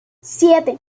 siete